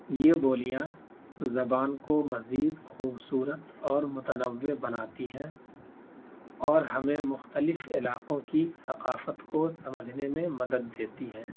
یہ بولیاں زبان کو مزید خوبصورت اور متنوع بناتی ہیں اور ہمیں مختلف علاقوں کی ثقافت کو سمجھنے میں مدد دیتی ہیں